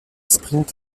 sprint